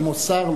כמו שר,